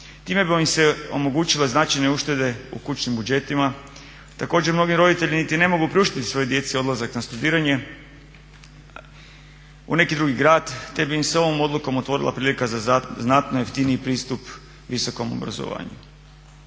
Time bi im se omogućilo značajne uštede u kućnim budžetima. Također mnogi roditelji niti ne mogu priuštiti svojoj djeci odlazak na studiranje u neki drugi grad, te bi im se ovom odlukom otvorila prilika za znatno jeftiniji pristup visokom obrazovanju.